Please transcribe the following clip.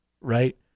Right